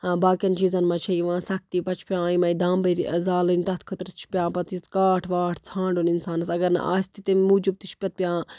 باقِیَن چیٖزَن منٛز چھےٚ یِوان سَختی پَتہٕ چھُ پٮ۪وان یِمَے دامبٕرۍ زالٕنۍ تَتھ خٲطرٕ چھِ پٮ۪وان پَتہٕ یہِ کاٹھ واٹھ ژھانٛڈُن اِنسانَس اَگر نہٕ آسہِ تہِ تَمہِ موٗجوٗب تہِ چھِ پتہٕ پٮ۪وان